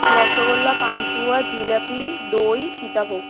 রসগোল্লা পান্তুয়া জিলাপি দই সীতাভোগ